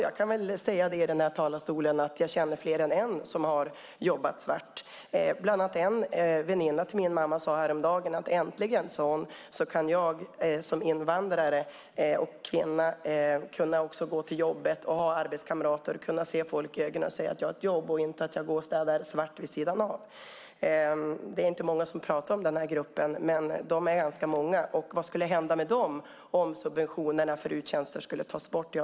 Jag kan i den här talarstolen säga att jag känner fler än en som har jobbat svart. Bland annat sade en väninna till min mamma häromdagen: Äntligen kan jag som invandrare och kvinna gå till jobbet, ha arbetskamrater och se människor i ögonen och säga att jag har ett jobb och inte att jag städar svart vid sidan av. Det är inte många som talar om den gruppen. Men de är ganska många. Vad skulle hända med dem om subventionerna för RUT-tjänster skulle tas bort?